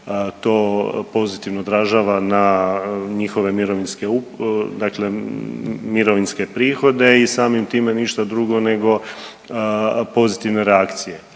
to pozitivno odražava na njihove mirovinske, dakle mirovinske prihode i samim time ništa drugo nego pozitivne